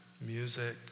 Music